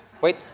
Wait